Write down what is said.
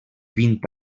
vint